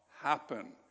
happen